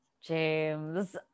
James